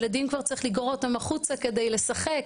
ילדים כבר צריכים לגרור אותם החוצה כדי לשחק.